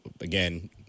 again